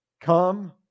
Come